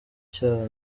cyabo